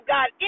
God